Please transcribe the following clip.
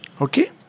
Okay